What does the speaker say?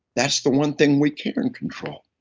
that's the one thing we can control,